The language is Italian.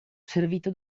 servito